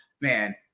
man